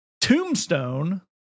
Tombstone